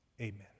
Amen